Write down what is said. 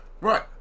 Right